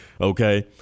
okay